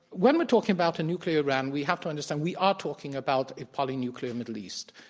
when we're talking about a nuclear iran, we have to understand we are talking about a poly-nuclear middle east.